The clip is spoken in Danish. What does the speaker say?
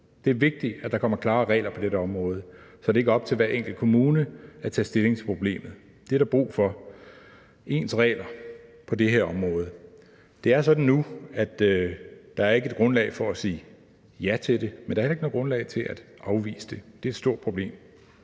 Det er vigtigt, at der kommer klare regler på dette område, så det ikke er op til hver enkelt kommune at tage stilling til problemet. Der er brug for ens regler på det her område. Det er sådan nu, at der ikke er et grundlag for at sige ja til det, men der er heller ikke noget grundlag til at afvise det – det er et stort problem.